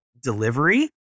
delivery